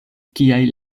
kiaj